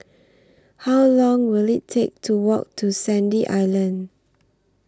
How Long Will IT Take to Walk to Sandy Island